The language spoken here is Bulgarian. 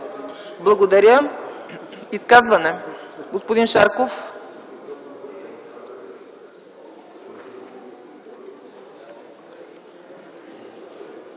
Благодаря. За изказване – господин Шарков.